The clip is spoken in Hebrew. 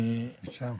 אפשר.